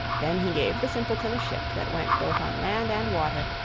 then he gave the simpleton a ship that went both on land and water,